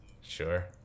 Sure